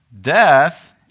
Death